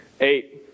Eight